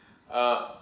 uh